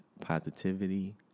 positivity